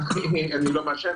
לא מעשן,